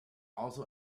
also